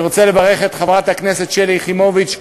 אני רוצה לברך את חברת שלי יחימוביץ,